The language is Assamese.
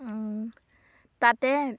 তাতে